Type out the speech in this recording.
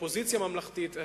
אופוזיציה ממלכתית.